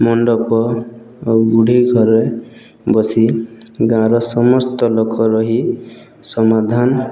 ମଣ୍ଡପ ଗୁଡ଼ିକର ବସି ଗାଁର ସମସ୍ତ ଲୋକ ରହି ସମାଧାନ